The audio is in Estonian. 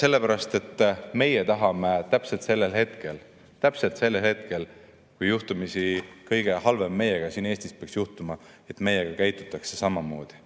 sellepärast, et meie tahame täpselt sellel hetkel – täpselt sellel hetkel –, kui juhtumisi kõige halvem meiega siin Eestis peaks juhtuma, et meiega käitutaks samamoodi.